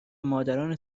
مادران